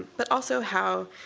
but also how